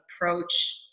approach